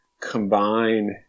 combine